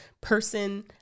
person